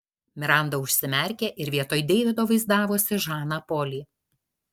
miranda užsimerkė ir vietoj deivido vaizdavosi žaną polį